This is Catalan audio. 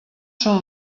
són